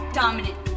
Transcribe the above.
dominant